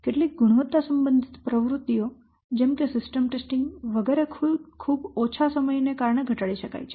કેટલીક ગુણવત્તા સંબંધિત પ્રવૃત્તિઓ જેમ કે સિસ્ટમ ટેસ્ટિંગ વગેરે ખૂબ ઓછા સમયને કારણે ઘટાડી શકાય છે